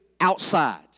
outside